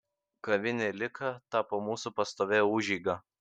kavinė lika tapo mūsų pastovia užeiga